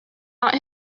out